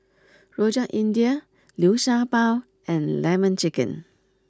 Rojak India Liu Sha Bao and Lemon Chicken